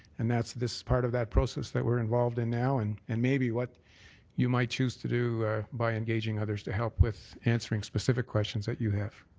and that's this part of that process that we're involved in now and and maybe what you might choose to do by engaging others to help with answering specific questions that you have.